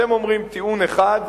אתם אומרים: טיעון אחד,